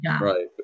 Right